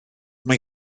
mae